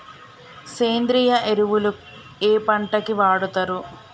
సేంద్రీయ ఎరువులు ఏ పంట కి వాడుతరు?